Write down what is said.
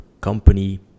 company